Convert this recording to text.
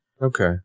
Okay